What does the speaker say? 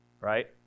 right